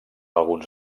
alguns